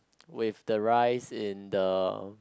with the rise is the